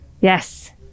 yes